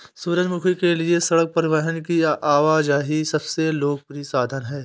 सूरजमुखी के लिए सड़क परिवहन की आवाजाही सबसे लोकप्रिय साधन है